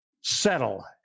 settle